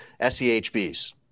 SEHBs